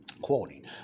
quoting